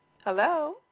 Hello